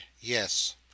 Yes